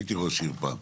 הייתי ראש עיר פעם.